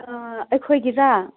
ꯑꯩꯈꯣꯏꯒꯤꯔꯥ